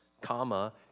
comma